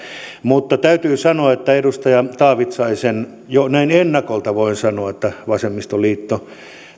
mutta täytyy sanoa että edustaja taavitsaisen jo näin ennakolta voin sanoa että vasemmistoliitto